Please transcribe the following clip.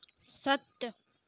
सत्त